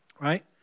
Right